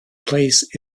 place